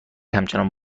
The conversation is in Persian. همچنان